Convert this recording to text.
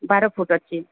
ବାର ଫୁଟ୍ ଅଛି